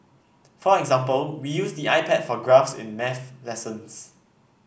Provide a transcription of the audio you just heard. for example we use the iPad for graphs in maths lessons